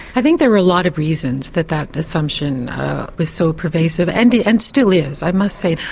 i think there are a lot of reasons that that assumption was so persuasive and and still is, i must say.